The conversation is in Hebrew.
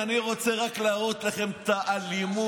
אני רק רוצה להראות לכם את האלימות,